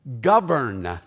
Govern